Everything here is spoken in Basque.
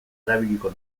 erabiliko